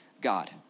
God